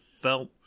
felt